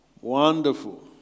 Wonderful